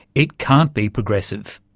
it can't be progressive.